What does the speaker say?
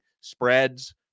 spreads